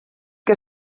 que